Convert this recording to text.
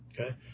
Okay